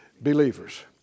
Believers